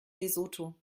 lesotho